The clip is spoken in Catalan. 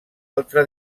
altra